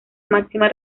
máxima